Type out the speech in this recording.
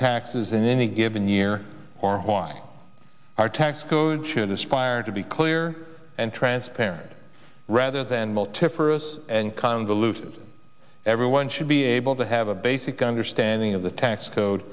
taxes in any given year or why our tax code should aspire to be clear and transparent rather than multiverse and convoluted everyone should be able to have a basic understanding of the tax code